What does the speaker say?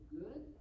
good